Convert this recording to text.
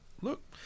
look